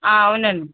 అవునండి